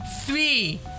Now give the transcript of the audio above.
Three